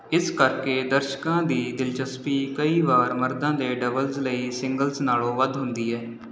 ਇਸ ਕਰਕੇ ਦਰਸ਼ਕਾਂ ਦੀ ਦਿਲਚਸਪੀ ਕਈ ਵਾਰ ਮਰਦਾਂ ਦੇ ਡਬਲਜ਼ ਲਈ ਸਿੰਗਲਜ਼ ਨਾਲੋਂ ਵੱਧ ਹੁੰਦੀ ਹੈ